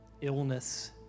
illness